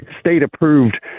state-approved